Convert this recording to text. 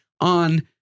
on